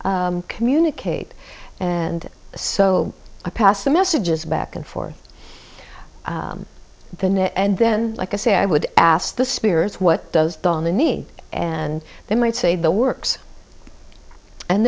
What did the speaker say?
communicate and so i pass the messages back and forth the net and then like i say i would ask the spirits what does donna need and they might say the works and